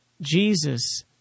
Jesus